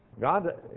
God